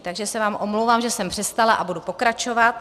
Takže se vám omlouvám, že jsem přestala a budu pokračovat.